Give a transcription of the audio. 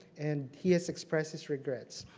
and he has expressed his regrets.